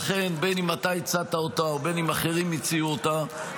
לכן בין שאתה הצעת אותה ובין שאחרים הציעו אותה,